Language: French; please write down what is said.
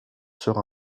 sera